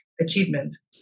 achievements